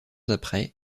après